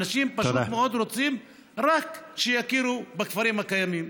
אנשים פשוט מאוד רוצים רק שיכירו בכפרים הקיימים.